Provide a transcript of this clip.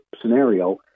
scenario